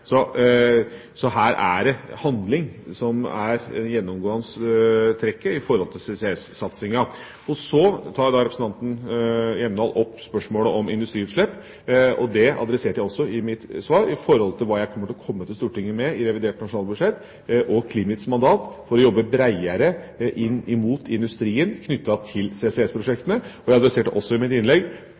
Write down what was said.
så her er det handling som er det gjennomgående trekket med hensyn til CCS-satsinga. Så tar representant Hjemdal opp spørsmålet om industriutslipp, og det adresserte jeg også i mitt svar når det gjelder hva jeg kommer til å komme til Stortinget med i revidert nasjonalbudsjett, og CLIMITs mandat, for å jobbe breiere inn mot industrien knyttet til CCS-prosjektene, og jeg adresserte også i mitt innlegg